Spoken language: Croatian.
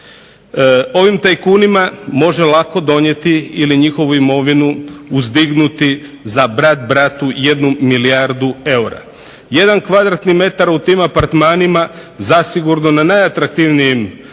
Ovim tajkunima može lako donijeti ili njihovu imovinu uzdignuti za brat bratu 1 milijardu eura. Jedan kvadratni metar u tim apartmanima zasigurno na najatraktivnijim lokacijama